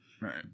right